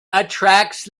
attracts